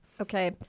Okay